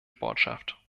botschaft